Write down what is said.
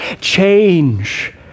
change